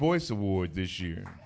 voice award this year